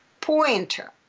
pointer